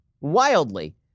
wildly